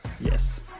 Yes